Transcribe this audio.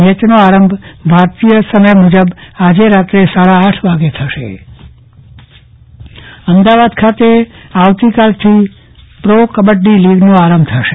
મેચનો આરંભ ભારતીય સમય મુજબ આજે રાત્રે સાડા આઠ વાગ્યે થશે ચંદ્રવદન પદ્દણી કબફ્ટી સ્પર્ધા અમદાવાદ ખાતે આવતીકાલથી પ્રો કબ્બડી લીગનો આરંભ થશે